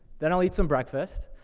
then i'll eat some breakfast,